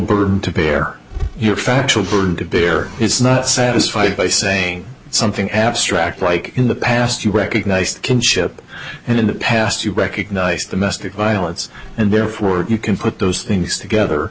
burden to bear your factual burden to bear it's not satisfied by saying something abstract like in the past you recognized kinship and in the past you recognize domestic violence and therefore you can put those things together